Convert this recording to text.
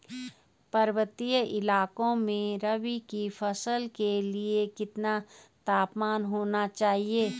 पर्वतीय इलाकों में रबी की फसल के लिए कितना तापमान होना चाहिए?